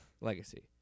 Legacy